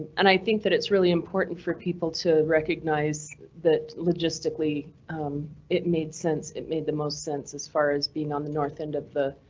and i think that it's really important for people to recognize that logistically it made sense. it made the most sense as far as being on the north end of the.